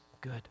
good